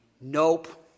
nope